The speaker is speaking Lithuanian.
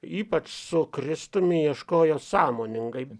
ypač su kristumi ieškojo sąmoningai